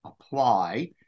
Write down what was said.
apply